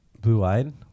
Blue-Eyed